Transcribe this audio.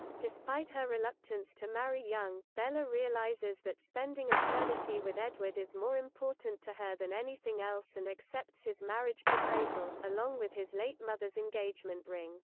despite her reluctance to marry young, bella realizes realizes that spending eternity with edward is more important to her than anything else and accepts his marriage proposal, along with his late mother's engagement ring.